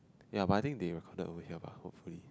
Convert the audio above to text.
ya but I think they recorded over here but hopefully